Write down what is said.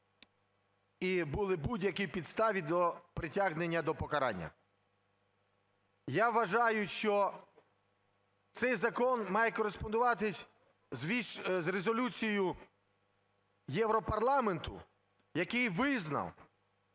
і були будь-які підстави до притягнення до покарання. Я вважаю, що цей закон має кореспондуватись з резолюцією Європарламенту, який визнав,